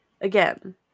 again